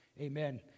Amen